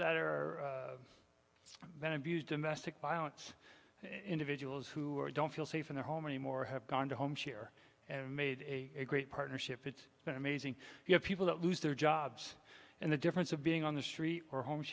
that are that abuse domestic violence individuals who are don't feel safe in their home anymore have gone to homes here and made a great partnership it's not a mazing you know people that lose their jobs and the difference of being on the street or homes